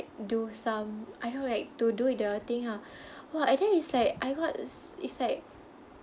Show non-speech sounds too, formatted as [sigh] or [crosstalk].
do some I don't know like to do the thing ah [breath] !wah! and then it's like I got it's like